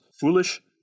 foolish